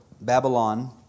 Babylon